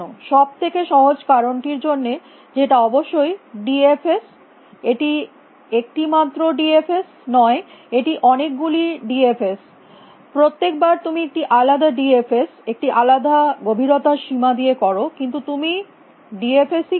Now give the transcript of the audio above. সব থেকে সহজ কারণ টির জন্য যে এটা অবশ্যই ডি এফ এস এটি একটি মাত্র ডি এফ এস নয় এটি অনেক গুলি ডি এফ এস প্রত্যেক বার তুমি একটি আলাদা ডি এফ এস একটি আলাদা গভীরতা সীমা দিয়ে কর কিন্তু তুমি ডি এফ এস ই করছ